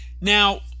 Now